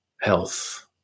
health